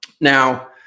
Now